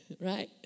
Right